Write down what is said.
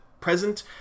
present